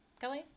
Kelly